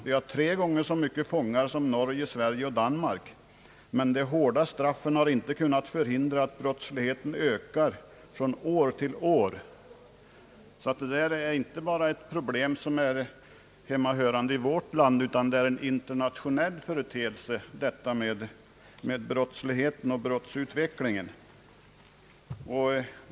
Vi har tre gånger så mycket fångar som Norge, Sverige och Danmark, men de hårda straffen har inte kunnat förhindra att brottsligheten ökar från år till år.» Detta är alltså inte ett problem som bara hör hemma i vårt land, utan det är en internationell företeelse.